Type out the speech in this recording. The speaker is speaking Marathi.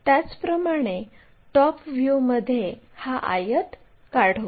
त्याचप्रमाणे टॉप व्ह्यूमध्ये हा आयत काढू